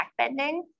backbending